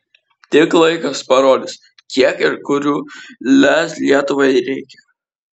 tik laikas parodys kiek ir kurių lez lietuvai reikia